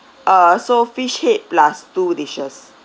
uh so fish head plus two dishes